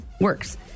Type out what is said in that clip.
Works